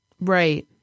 right